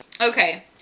Okay